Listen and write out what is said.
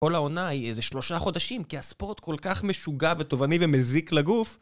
כל העונה היא איזה שלושה חודשים, כי הספורט כל כך משוגע ותובעני ומזיק לגוף.